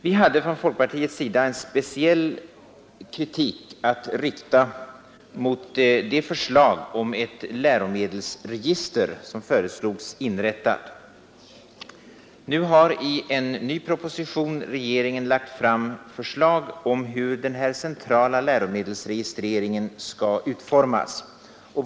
Vi hade från folkpartiets sida en speciell kritik att rikta mot förslaget att inrätta ett läromedelsregister. Nu har regeringen i en ny proposition lagt fram förslag om hur denna centrala läromedelsregistrering skall utformas.